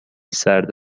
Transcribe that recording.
سرد